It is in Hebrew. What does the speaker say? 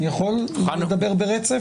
אני יכול לדבר ברצף?